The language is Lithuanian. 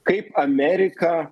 kaip amerika